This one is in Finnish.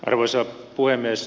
arvoisa puhemies